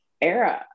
era